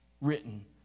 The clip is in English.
written